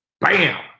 bam